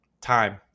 time